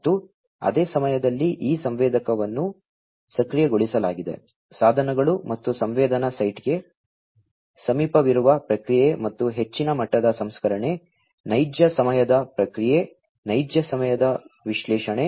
ಮತ್ತು ಅದೇ ಸಮಯದಲ್ಲಿ ಈ ಸಂವೇದಕವನ್ನು ಸಕ್ರಿಯಗೊಳಿಸಲಾಗಿದೆ ಸಾಧನಗಳು ಮತ್ತು ಸಂವೇದನಾ ಸೈಟ್ಗೆ ಸಮೀಪವಿರುವ ಪ್ರಕ್ರಿಯೆ ಮತ್ತು ಹೆಚ್ಚಿನ ಮಟ್ಟದ ಸಂಸ್ಕರಣೆ ನೈಜ ಸಮಯದ ಪ್ರಕ್ರಿಯೆ ನೈಜ ಸಮಯದ ವಿಶ್ಲೇಷಣೆ